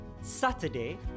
Saturday